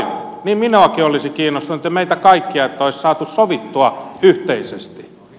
niin minuakin olisi kiinnostanut ja meitä kaikkia että olisi saatu sovittua yhteisesti